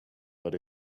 but